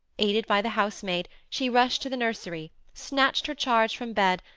aided by the housemaid, she rushed to the nursery, snatched her charge from bed,